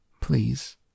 Please